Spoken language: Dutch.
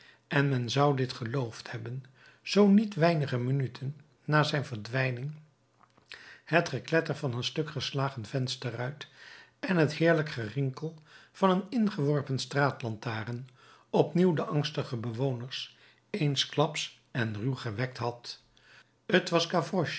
en men zou dit geloofd hebben zoo niet weinige minuten na zijn verdwijning het gekletter van een stuk geslagen vensterruit en het heerlijk gerinkel van een ingeworpen straatlantaarn opnieuw de angstige bewoners eensklaps en ruw gewekt had t was